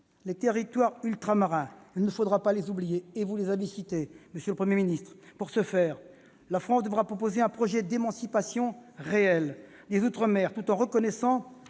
Les territoires ultramarins ne devront pas être oubliés-vous les avez d'ailleurs cités, monsieur le Premier ministre. Pour ce faire, la France devra proposer un projet d'émancipation réelle des outre-mer, tout en reconnaissant